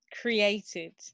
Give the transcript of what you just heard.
created